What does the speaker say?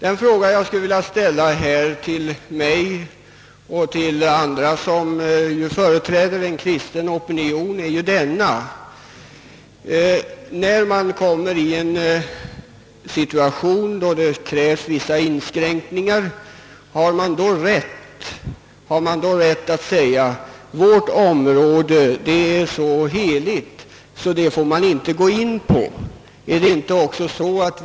En fråga som jag anser bör ställas både till mig och till andra som företräder en kristen opinion är denna: När man kommer i en situation då det krävs vissa inskränkningar, har man då rätt att säga att vårt område är så heligt att det måste göras undantag för det?